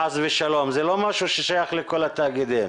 זה לא משהו ששייך לכל התאגידים.